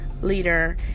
leader